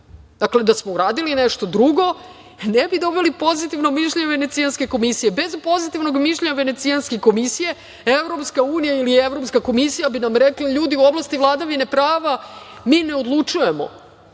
da smo uradili nešto drugo ne bi dobili pozitivno mišljenje Venecijanske komisije, bez pozitivnog mišljenja Venecijanske komisije Evropska unija ili Evropska komisija bi nam rekli – ljudi, u oblasti vladavine prava mi ne odlučujemo,